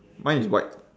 mine is white